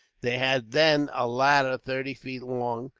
they had, then, a ladder thirty feet long,